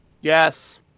Yes